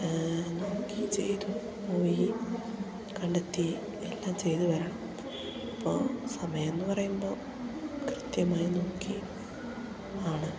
നോക്കി ചെയ്തു പോയി കണ്ടെത്തി എല്ലാം ചെയ്തു വരണം അപ്പോൾ സമയമെന്നു പറയുമ്പോൾ കൃത്യമായി നോക്കി ആണ്